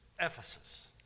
Ephesus